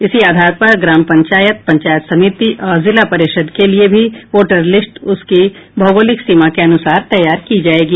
इसी आधार पर ग्राम पंचायत पंचायत समिति और जिला परिषद के लिये भी वोटर लिस्ट उसकी भौगोलिक सीमा के अनुसार तैयार की जायेगी